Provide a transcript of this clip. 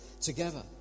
together